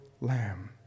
lamb